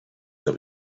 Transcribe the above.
that